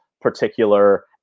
particular